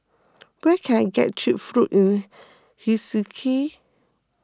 where can I get Cheap Food in Helsinki